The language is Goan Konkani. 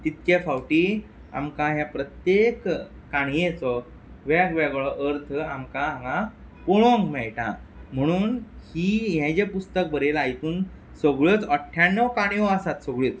तितके फावटी आमकां ह्या प्रत्येक काणयेचो वेग वेगळो अर्थ आमकां हांगा पळोवंक मेळटा म्हणून ही हें जें पुस्तक बरयलां हितून सगळ्योच अठ्याण्णव काणयो आसात सगळ्योच